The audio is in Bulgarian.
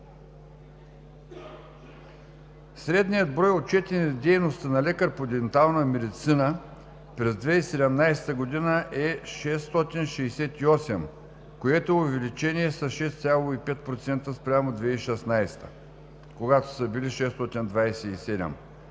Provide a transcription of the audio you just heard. Средният брой отчетени дейности на лекар по дентална медицина през 2017 г. е 668, което е увеличение с 6,5% спрямо 2016 г., когато са били 627.